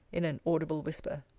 in an audible whisper.